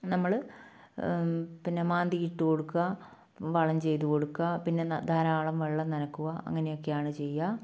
നമ്മൾ പിന്നെ മാന്തി ഇട്ടുകൊടുക്കുക വളം ചെയ്തുകൊടുക്കുക പിന്നെ ധാരാളം വെള്ളം നനക്കുക അങ്ങനെയൊക്കെയാണ് ചെയ്യുക